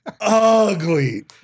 ugly